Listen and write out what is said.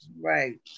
right